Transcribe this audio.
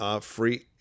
free